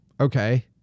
Okay